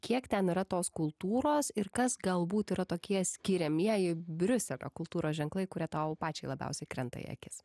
kiek ten yra tos kultūros ir kas galbūt yra tokie skiriamieji briuselio kultūros ženklai kurie tau pačiai labiausiai krenta į akis